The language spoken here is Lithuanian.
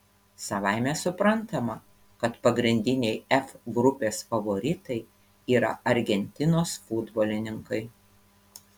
savaime suprantama kad pagrindiniai f grupės favoritai yra argentinos futbolininkai